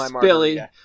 Billy